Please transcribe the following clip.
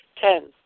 Ten